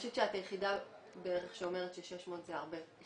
אני חושבת שאת היחידה בערך שאומרת ש-600 זה הרבה.